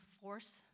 force